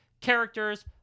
characters